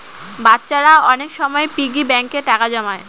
বাচ্চারা অনেক সময় পিগি ব্যাঙ্কে টাকা জমায়